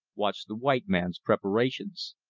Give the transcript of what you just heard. watched the white man's preparations.